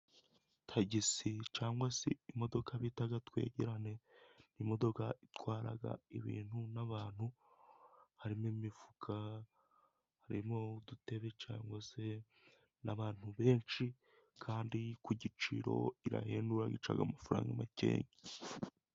Tagisi cyangwa se imodoka bita twegerane, imodoka itwara ibintu n'abantu harimo imifuka ,harimo udutebe se n'abantu benshi kandi ku giciro irahendura ,ica amafaranga makeya.